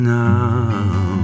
now